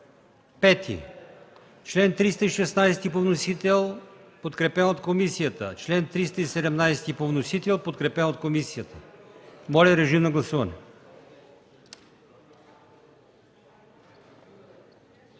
V; чл. 316 по вносител, подкрепен от комисията; чл. 317 по вносител, подкрепен от комисията. Моля, режим на гласуване.